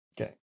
Okay